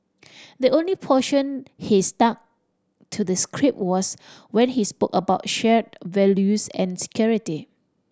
the only portion he stuck to the script was when he spoke about shared values and security